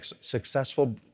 successful